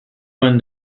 and